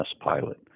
pilot